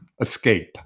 escape